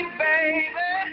baby